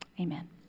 Amen